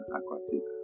aquatic